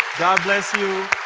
god bless you.